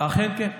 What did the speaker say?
אכן כן,